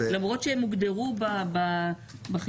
למרות שהן הוגדרו בחיוני,